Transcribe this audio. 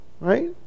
right